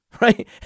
right